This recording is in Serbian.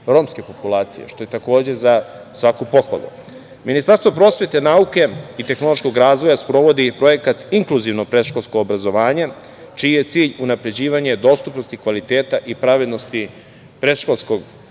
romske populacije, što je takođe za svaku pohvalu. Ministarstvo prosvete, nauke i tehnološkog razvoja sprovodi Projekat inkluzivnog predškolskog obrazovanja i vaspitanja, čiji je cilj unapređivanje dostupnosti kvaliteta i pravednosti predškolskog